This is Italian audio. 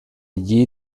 degli